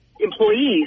employees